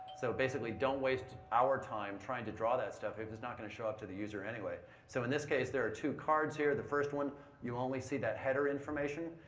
so, basically, don't waste our time trying to draw that stuff if it's not going to show up to the user anyway. so in this case, there are two cards here. the first one you only see that header information.